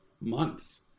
month